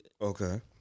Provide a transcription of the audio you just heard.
Okay